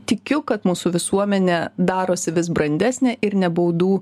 tikiu kad mūsų visuomenė darosi vis brandesnė ir ne baudų